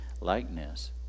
likeness